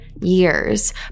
years